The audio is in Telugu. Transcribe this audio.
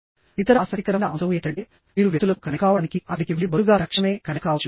ఇతర ఆసక్తికరమైన అంశం ఏమిటంటే మీరు వ్యక్తులతో కనెక్ట్ కావడానికి అక్కడికి వెళ్లి బదులుగా తక్షణమే కనెక్ట్ కావచ్చు